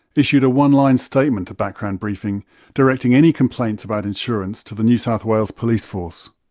issued a one-line statement to background briefing directing any complaints about insurance to the new south wales police force.